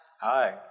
Hi